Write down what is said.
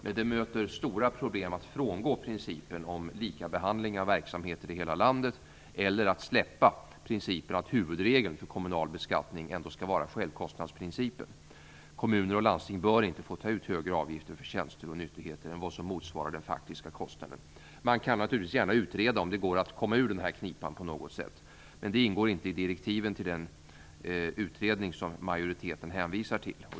Men det möter stora problem att frångå principen om likabehandling av verksamheter i hela landet eller att släppa principen att huvudregeln för kommunal beskattning ändå skall vara självkostnadsprincipen. Kommuner och landsting bör inte få ta ut högre avgifter för tjänster och nyttigheter än vad som motsvarar den faktiska kostnaden. Man kan naturligtvis gärna utreda om det går att komma ur den här knipan på något sätt. Men det ingår inte i direktiven till den utredning som majoriteten hänvisar till.